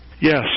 Yes